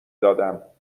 دادم